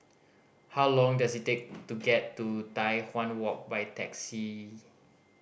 how long does it take to get to Tai Hwan Walk by taxi